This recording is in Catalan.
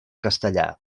castellà